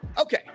Okay